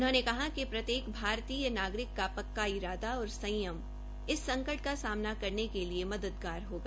उन्होंने कहा कि प्रत्येक भारतीय नागरिक का पक्का इरादा और संयम इस संकट का सामना करने के लिए मददगार होगा